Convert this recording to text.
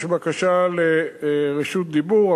יש בקשה לרשות דיבור,